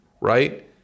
Right